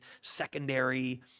secondary